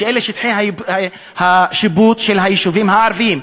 שאלה שטחי השיפוט של היישובים הערביים.